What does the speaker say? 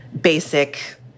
basic